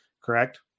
Correct